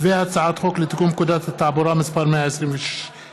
הצעת חוק לתיקון פקודת התעבורה (מס' 126),